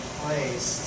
place